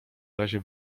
razie